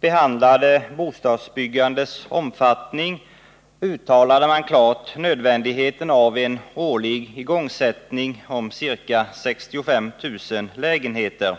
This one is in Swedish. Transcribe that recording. behandlade bostadsbyggandets omfattning uttalade man klart nödvändigheten av en årlig igångsättning om ca 65 000 lägenheter.